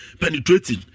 penetrating